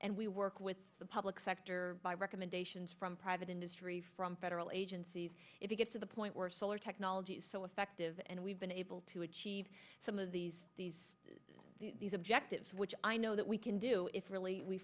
and we work with the public sector by recommendations from private industry from federal agencies if you get to the point where solar technology is so effective and we've been able to achieve some of these these these objectives which i know that we can do is really we